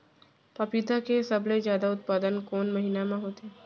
पपीता के सबले जादा उत्पादन कोन महीना में होथे?